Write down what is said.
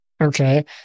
Okay